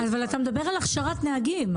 אבל אתה מדבר על הכשרת נהגים.